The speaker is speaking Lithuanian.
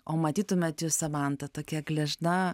o matytumėt jūs samanta tokia gležna